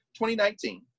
2019